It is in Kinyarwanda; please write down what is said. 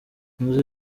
inzu